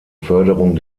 förderung